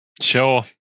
sure